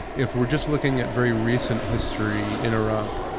if we're just looking at very recent history in iraq,